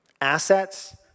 assets